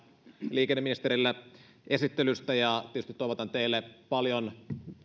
liikenneministerille esittelystä ja tietysti toivotan teille paljon